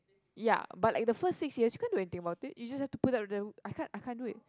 ya but like the first six years quite to I think to take about it you just have to put up them I can't I can't do it